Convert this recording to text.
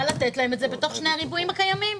לתת להם את זה בתוך שני הריבועים הקיימים.